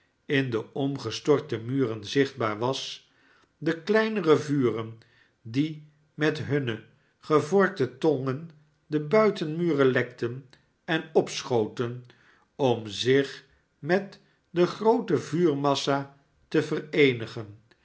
in de omgestorte muren zichtbaar was de kleinere vuren die met hunne gevorkte tongen de buitenmuren lekten en opschoten om zich met de groote vuurmassa te vereenigen